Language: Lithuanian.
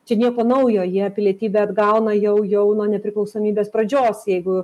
čia nieko naujo jie pilietybę atgauna jau jau nuo nepriklausomybės pradžios jeigu